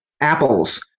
apples